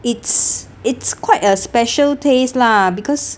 it's it's quite a special taste lah because